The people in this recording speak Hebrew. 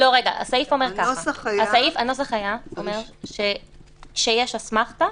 הנוסח אמר שכשיש אסמכתה